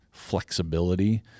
flexibility